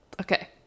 okay